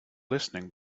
listening